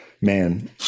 man